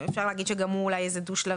אפשר להגיד שגם הוא אולי דו-שלבי,